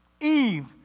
Eve